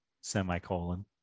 semicolon